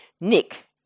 Nick